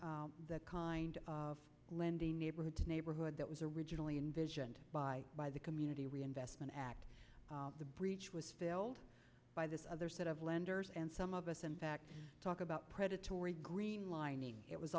for the kind of lending neighborhood to neighborhood that was originally envisioned by by the community reinvestment act the breach was failed by this other set of lenders and some of us in fact talk about predatory greenline it was